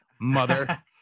mother